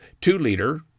two-liter